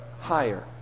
higher